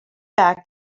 back